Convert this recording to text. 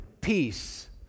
peace